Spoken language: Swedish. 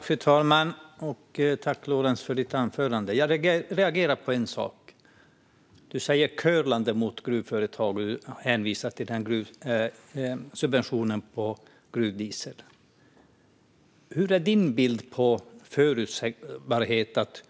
Fru talman! Tack för ditt anförande, Lorentz! Jag reagerade på en sak. Du säger att gruvföretagen har curlats och hänvisar till subventionen på gruvdiesel. Vilken är din bild av förutsägbarhet?